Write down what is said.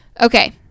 Okay